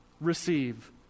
receive